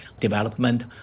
development